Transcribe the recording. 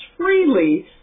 freely